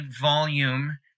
volume